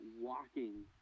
walking